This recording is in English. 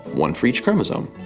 one for each chromosome.